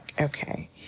okay